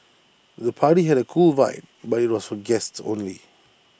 the party had A cool vibe but IT was for guests only